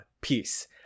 Peace